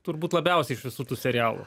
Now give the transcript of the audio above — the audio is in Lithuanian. turbūt labiausiai iš visų tų serialų